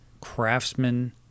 Craftsman